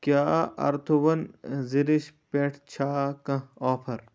کیٛاہ أرتھٕوَن زِرِش پٮ۪ٹھ چھا کانٛہہ آفر